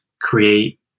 create